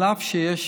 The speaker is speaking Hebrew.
על אף שיש